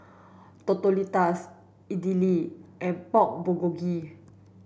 Tortillas Idili and Pork Bulgogi